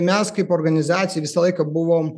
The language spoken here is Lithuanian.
mes kaip organizacija visą laiką buvom